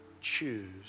choose